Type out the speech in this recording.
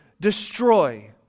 destroy